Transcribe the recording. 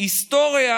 ההיסטוריה